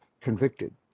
convicted